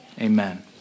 amen